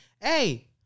Hey